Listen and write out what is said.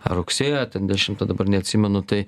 ar rugsėjo ten dešimtą dabar neatsimenu tai